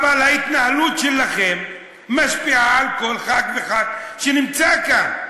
ההתנהלות שלכם משפיעה על כל ח"כ וח"כ שנמצא כאן.